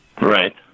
Right